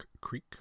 Creek